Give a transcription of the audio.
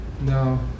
No